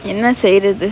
என்ன செய்றது:enna seirathu